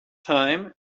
time